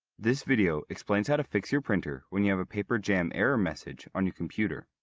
this video explains how to fix your printer when you have a paper jam error message on your computer.